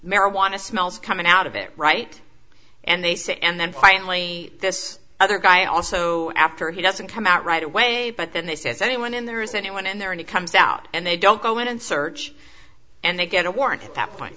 marijuana smells coming out of it right and they say and then finally this other guy also after he doesn't come out right away but then they say is anyone in there is anyone in there and it comes out and they don't go in and search and they get a warrant at that point